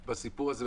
על הסיפור הזה,